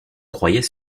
croyait